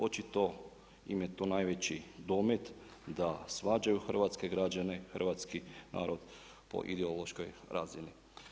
Očito im je to najveći domet da svađaju hrvatske građane, hrvatski narod po ideološkoj razini.